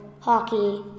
hockey